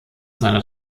seiner